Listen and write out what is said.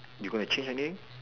you're gonna change something